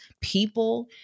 people